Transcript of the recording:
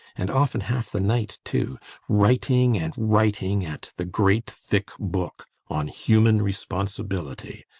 and often half the night too writing and writing at the great thick book on human responsibility.